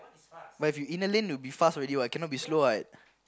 but if you inner lane will be fast already what cannot be slow what